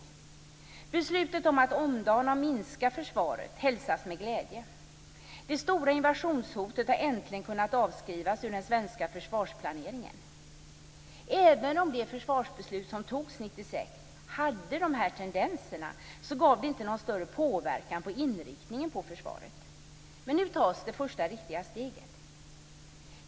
Beslutet om att omdana och minska försvaret hälsas med glädje. Det stora invasionshotet har äntligen kunnat avskrivas ur den svenska försvarsplaneringen. Även om det försvarsbeslut som fattades 1996 hade dessa tendenser gav det inte någon större påverkan på inriktningen av försvaret. Men nu tas det första riktiga steget.